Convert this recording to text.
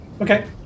Okay